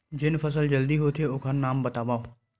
जेन फसल जल्दी होथे ओखर नाम बतावव?